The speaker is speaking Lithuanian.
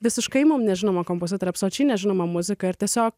visiškai mum nežinoma kompozitorė absoliučiai nežinoma muzika ir tiesiog